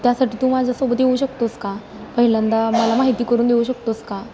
त्यासाठी तू माझ्या सोबत येऊ शकतोस का पहिल्यांदा मला माहिती करून देऊ शकतोस का